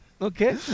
Okay